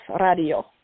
Radio